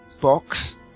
box